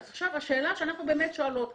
השאלה שאנחנו באמת שואלות כאן.